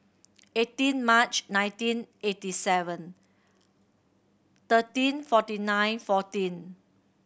eighteen March nineteen eighty seven thirteen forty nine fourteen